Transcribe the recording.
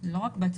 לא VC בהגדרות